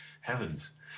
Heavens